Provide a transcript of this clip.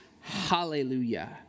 hallelujah